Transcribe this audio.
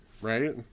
Right